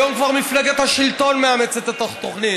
היום כבר מפלגת השלטון מאמצת את התוכנית.